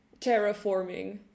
Terraforming